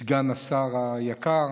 סגן השר היקר,